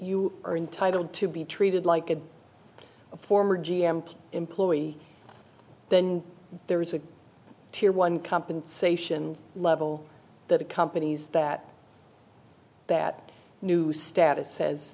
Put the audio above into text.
you are entitled to be treated like a former g m employee then there is a tier one compensation level that accompanies that that new status says